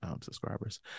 subscribers